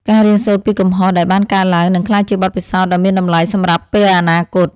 ការរៀនសូត្រពីកំហុសដែលបានកើតឡើងនឹងក្លាយជាបទពិសោធន៍ដ៏មានតម្លៃសម្រាប់ពេលអនាគត។